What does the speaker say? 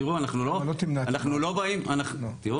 כאן זה